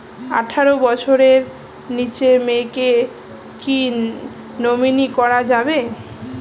আঠারো বছরের নিচে মেয়েকে কী নমিনি করা যাবে?